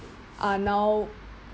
are now